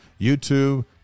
YouTube